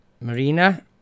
Marina